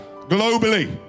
globally